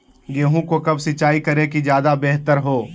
गेंहू को कब सिंचाई करे कि ज्यादा व्यहतर हो?